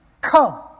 come